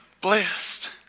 blessed